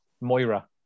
Moira